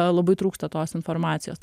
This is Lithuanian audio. labai trūksta tos informacijos